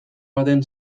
baten